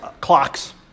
clocks